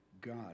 God